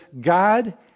God